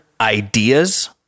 ideas